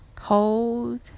hold